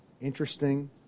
interesting